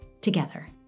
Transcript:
together